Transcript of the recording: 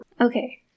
Okay